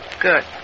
Good